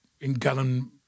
in-gallon